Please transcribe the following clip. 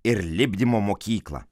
ir lipdymo mokyklą